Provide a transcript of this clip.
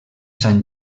sant